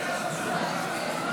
לוועדת הכספים נתקבלה.